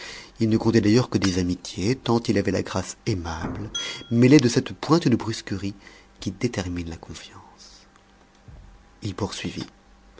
il ne comptait d'ailleurs que des amitiés tant il avait la grâce aimable mêlée de cette pointe de brusquerie qui détermine la confiance il poursuivit